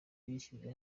bishyize